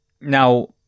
Now